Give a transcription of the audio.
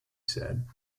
said